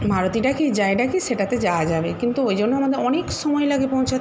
মারুতি ডাকি যাই ডাকি সেটাতে যাওয়া যাবে কিন্তু ওই জন্য আমাদের অনেক সময় লাগে পৌঁছা